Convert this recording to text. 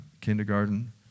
kindergarten